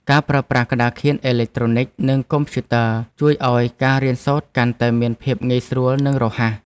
ការប្រើប្រាស់ក្តារខៀនអេឡិចត្រូនិកនិងកុំព្យូទ័រជួយឱ្យការរៀនសូត្រកាន់តែមានភាពងាយស្រួលនិងរហ័ស។